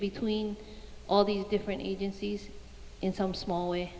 between all these different agencies in some small way